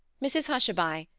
mrs hushabye.